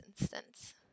instance